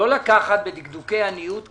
לקחת בדקדוקי עניות כזאת,